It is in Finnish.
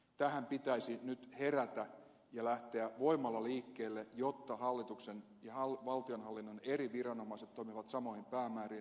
tähän pitäisi nyt herätä ja lähteä voimalla liikkeelle jotta hallituksen ja valtionhallinnon eri viranomaiset toimivat samojen päämäärien saavuttamiseksi